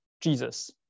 Jesus